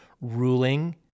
ruling